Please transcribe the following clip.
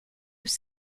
was